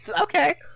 okay